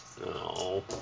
No